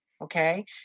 okay